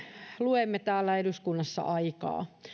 luemme täällä eduskunnassa aikaa